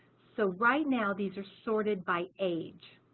so right now these are sorted by age,